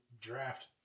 draft